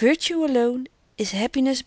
virtue alone is happines